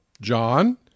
John